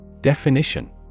Definition